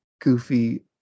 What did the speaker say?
goofy